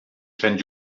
sant